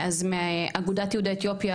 אז מאגודת יהודי אתיופיה,